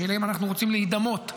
שאליהן אנחנו רוצים להידמות,